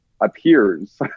appears